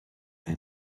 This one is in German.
ein